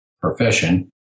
profession